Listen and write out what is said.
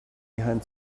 behind